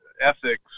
Ethics